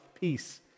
peace